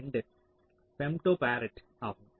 2 femto farad ஆகும்